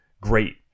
great